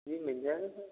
जी नहीं जानते